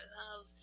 love